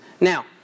Now